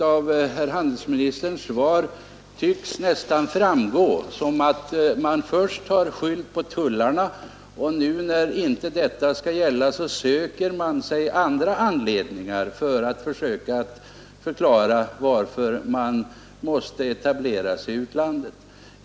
Av handelsministerns svar tycks nästan framgå att man först har skyllt på tullarna och att man, nu när inte detta hinder skall finnas, söker andra förklaringar till att man måste etablera sig i utlandet.